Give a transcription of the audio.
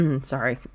Sorry